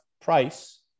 Price